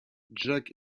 jack